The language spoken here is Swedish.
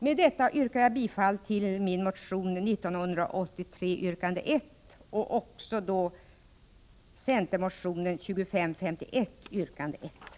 Med detta yrkar jag bifall till min motion 1983 yrkande 1 och även till centernmotionen 2551, yrkande 1.